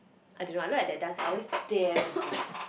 I don't know I look at their dance I always damn impressed